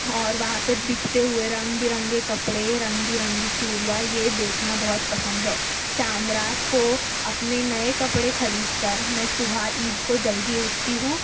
اور وہاں پہ بکتے ہوئے رنگ برنگے کپڑے رنگ برنگی چوڑیاں یہ دیکھنا بہت پسند ہے چاند رات کو اپنے نئے کپڑے خرید کر میں صبح عید کو جلدی اُٹھتی ہوں